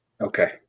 Okay